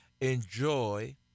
enjoy